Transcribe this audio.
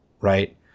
right